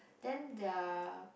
then their